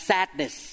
Sadness